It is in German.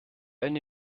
eine